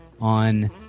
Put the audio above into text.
on